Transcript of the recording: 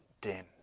dim